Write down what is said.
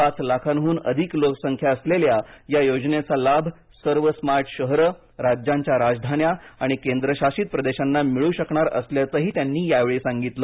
पाच लाखाहून अधिक लोकसंख्या असलेल्या या योजनेचा लाभ सर्व स्मार्ट शहरे राज्यांच्या राजधान्या आणि केंद्रशासित प्रदेशांना मिळू शकणार असल्याचंही त्यांनी यावेळी सांगितलं